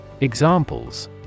Examples